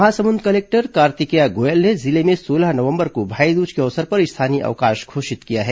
Mahasamund collector Kartikeya Goyal ने जिले में सोलह नवंबर को भाईदूज के अवसर पर स्थानीय अवकाश घोषित किया है